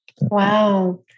Wow